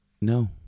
No